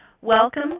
Welcome